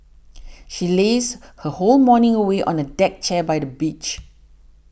she lazed her whole morning away on a deck chair by the beach